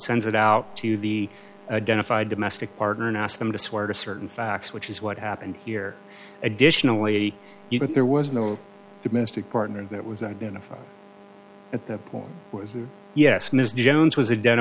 sends it out to the identify domestic partner and ask them to swear to certain facts which is what happened here additionally you but there was no domestic partner that was identified at that point was yes ms jones was a d